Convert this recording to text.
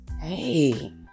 Hey